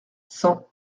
cent